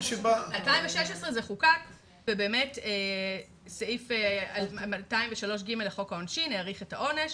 ב-2016 זה חוקק ובאמת סעיף 203/ג לחוק העונשין האריך את העונש,